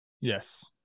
Yes